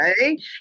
Right